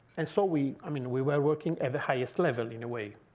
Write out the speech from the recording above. and so we i mean, we were working at the highest level, in a way.